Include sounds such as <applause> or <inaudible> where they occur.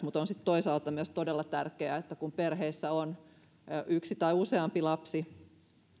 <unintelligible> mutta on sitten toisaalta myös todella tärkeää että silloin kun perheessä on yksi tai useampi lapsi